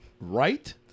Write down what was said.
Right